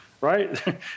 right